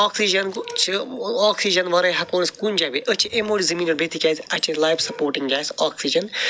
oxygen گوٚو یہِ چھِ آکسیٖجن ورٲے ہٮ۪کو أسۍ کُنہِ جاے بہِ أسۍ چھِ اَمہِ موٗجوٗب زٔمیٖنہِ پٮ۪ٹھ بِہِتھ تِکیٛازِ اَسہِ چھِ ییٚتہِ لایِف سپوٹنٛگ گٮ۪س آکسیٖجن